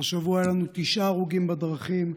השבוע היו לנו תשעה הרוגים בדרכים.